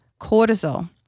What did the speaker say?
cortisol